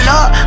up